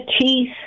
teeth